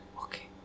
okay